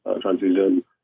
transition